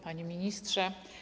Panie Ministrze!